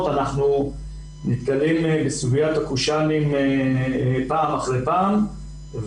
אנחנו נתקלים בסוגיית הקושאנים פעם אחר פעם.